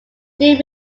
deal